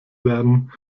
werden